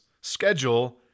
Schedule